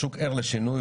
השוק ער לשינוי,